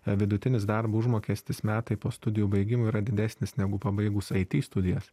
vidutinis darbo užmokestis metai po studijų baigimo yra didesnis negu pabaigus eiti į studijas